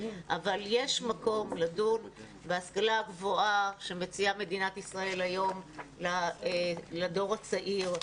אבל יש מקום לדון בהשכלה הגבוהה שמציעה מדינת ישראל היום לדור הצעיר.